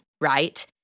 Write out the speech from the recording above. Right